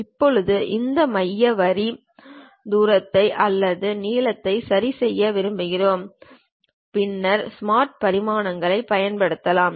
இப்போது இந்த மைய வரி தூரத்தை அல்லது நீளத்தை சரிசெய்ய விரும்புகிறேன் பின்னர் ஸ்மார்ட் பரிமாணங்களை நான் பயன்படுத்தலாம்